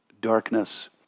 darkness